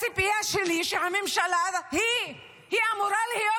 הציפייה שלי היא שהממשלה אמורה להיות